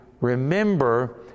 remember